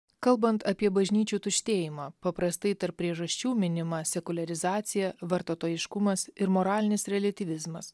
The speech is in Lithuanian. kalbant apie bažnyčių tuštėjimą paprastai tarp priežasčių minima sekuliarizacija vartotojiškumas ir moralinis reliatyvizmas